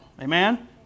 Amen